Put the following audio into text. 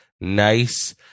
nice